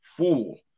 Fool